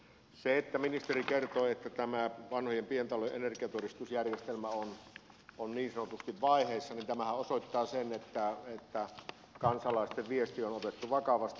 se että ministeri kertoi että vanhojen pientalojen energiatodistusjärjestelmä on niin sanotusti vaiheessa osoittaa sen että kansalaisten viesti on otettu vakavasti